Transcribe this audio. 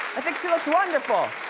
i think she looks wonderful!